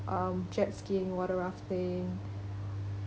um jet skiing water rafting